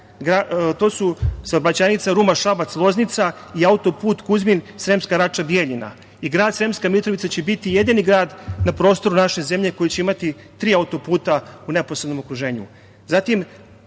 To su saobraćajnica Ruma-Šabac-Loznica i autoput Kuzmin-Sremska Rača-Bijeljina. Grad Sremska Mitrovica će biti jedini grad na prostoru naše zemlje koji će imati tri autoputa u neposrednom okruženju.